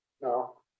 No